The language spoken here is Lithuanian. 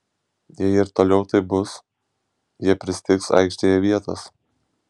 jei ir toliau taip bus jie pristigs aikštėje vietos